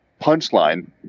Punchline